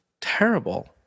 Terrible